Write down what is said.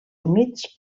humits